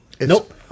Nope